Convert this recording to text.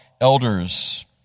elders